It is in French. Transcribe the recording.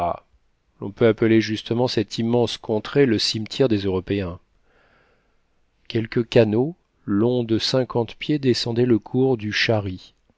l'on peut appeler justement cette immense contrée le cimetière des européens quelques canots longs de cinquante pieds descendaient le cours du shari